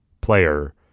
player